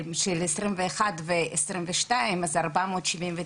שעובדת, ויש יחידות שעובדות במעברים הרשמיים"